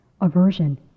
aversion